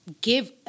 give